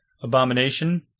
abomination